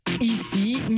Ici